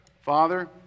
Father